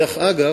דרך אגב,